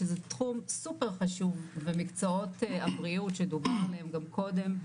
שזה תחום סופר חשוב ומקצועות הבריאות שדובר עליהם גם קודם,